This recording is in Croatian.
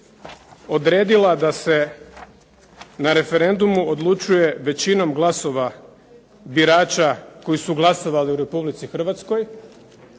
odredila da se na referendumu odlučuje većinom glasova birača koji su glasovali u Republici Hrvatskoj